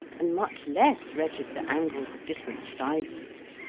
and much less register angles of different sizes?